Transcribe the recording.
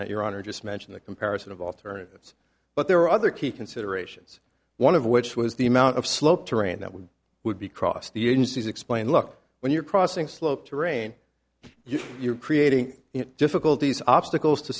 that your honor just mentioned the comparison of alternatives but there are other key considerations one of which was the amount of slope terrain that we would be cross the agencies explained look when you're crossing slope terrain you are creating difficulties obstacles to